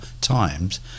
times